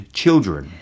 children